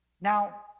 Now